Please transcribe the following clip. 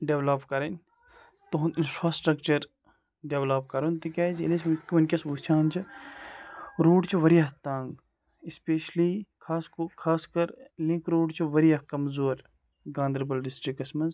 develop کَرٕنۍ تہنٛد infrastructure develop کَرُن تِکیٛازِ ییٚلہِ أسۍ وُنکیٚس وُچھان چھِ روٗڈ چھِ واریاہ تَنٛگ ایٚسپشلی خاص کو خاص کَر لِنٛک روٗڈ چھِ واریاہ کَمزور گاندَربَل ڈِسٹِرٛکَس منٛز